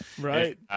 Right